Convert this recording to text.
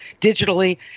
digitally